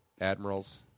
Admirals